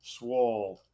Swall